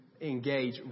engage